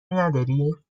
نداری